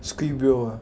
screamville ah